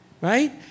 right